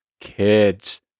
kids